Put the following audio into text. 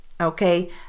okay